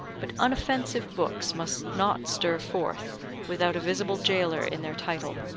but unoffensive books must not stir forth without a visible jailer in their title.